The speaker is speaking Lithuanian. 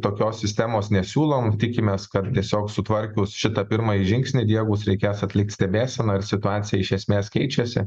tokios sistemos nesiūlom tikimės kad tiesiog sutvarkius šitą pirmąjį žingsnį įdiegus reikės atlikt stebėseną ir situacija iš esmės keičiasi